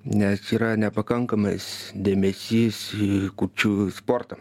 nes yra nepakankamas dėmesys į kurčiųjų sportą